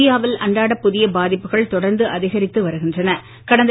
இந்தியாவில் அன்றாட புதிய பாதிப்புகள் தொடர்ந்து அதிகரித்து வருகின்றன கடந்த